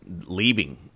leaving